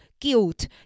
guilt